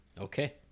Okay